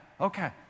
Okay